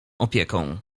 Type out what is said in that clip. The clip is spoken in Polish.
opieką